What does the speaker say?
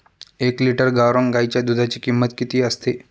एक लिटर गावरान गाईच्या दुधाची किंमत किती असते?